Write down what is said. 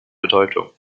bedeutung